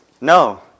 No